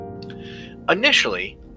Initially